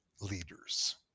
leaders